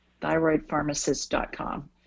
thyroidpharmacist.com